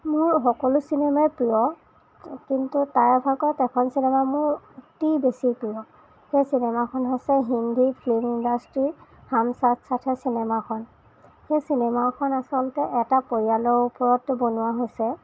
মোৰ সকলো চিনেমাই প্ৰিয় কিন্তু তাৰ ভাগত এখন চিনেমা মোৰ অতি বেছি প্ৰিয় সেই চিনেমাখন হৈছে হিন্দী ফিল্ম ইন্ডাষ্ট্ৰীৰ হাম সাথ সাথ হে চিনেমাখন সেই চিনেমাখন আচলতে এটা পৰিয়ালৰ ওপৰত বনোৱা হৈছে